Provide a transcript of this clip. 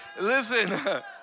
Listen